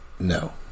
No